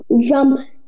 jump